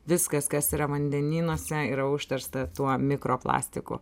viskas kas yra vandenynuose yra užteršta tuo mikroplastiku